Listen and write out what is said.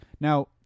Now